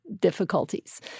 difficulties